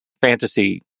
fantasy